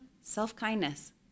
self-kindness